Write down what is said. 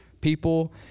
people